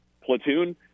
platoon